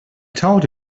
told